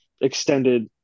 extended